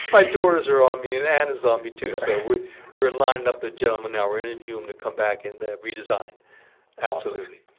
my daughters are on me and anna's on me too so we we're lining up a gentleman now we're interviewing him to come back and redesign absolutely